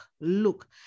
look